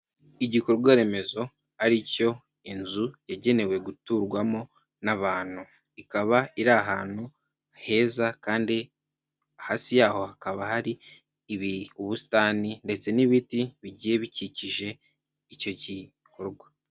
Igikorwa remezo ari cyo inzu, yagenewe guturwamo n'abantu. Ikaba iri ahantu heza kandi hasi yaho hakaba hari ubusitani ndetse n'ibiti bigiye bikikije icyo gikorwa.